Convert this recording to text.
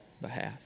behalf